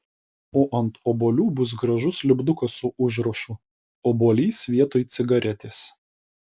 o ant obuolių bus gražus lipdukas su užrašu obuolys vietoj cigaretės